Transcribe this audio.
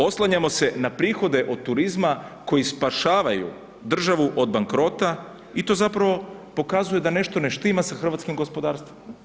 Oslanjamo se na prihode od turizma koji spašavaju državu od bankrota i to zapravo pokazuje da nešto ne štima sa hrvatskim gospodarstvom.